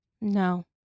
No